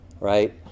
right